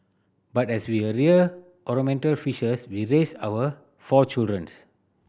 but as we are rear ornamental fishes we raised our four children